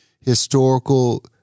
historical